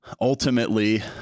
Ultimately